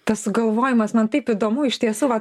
tas sugalvojimas man taip įdomu iš tiesų vat